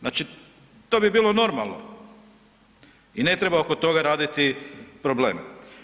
Znači to bi bilo normalno i ne treba oko toga raditi probleme.